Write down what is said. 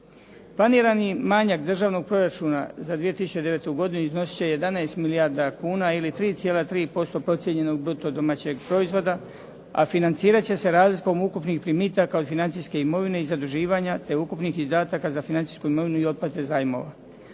Planirani manjak Državnog proračuna za 2009. godinu iznositi će 11 milijardi kuna ili 3,3% procijenjenog bruto domaćeg proizvoda, a financirat će se razlikom ukupnih primitaka od financijske imovine i zaduživanja te ukupnih izdataka za financijsku imovinu i otplate zajmova.